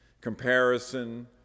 comparison